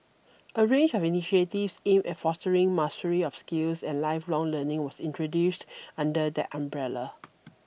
a range of initiatives aimed at fostering mastery of skills and lifelong learning was introduced under that umbrella